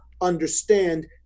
understand